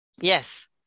Yes